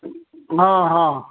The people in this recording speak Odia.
ହଁ ହଁ